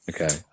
okay